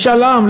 משאל עם.